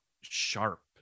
sharp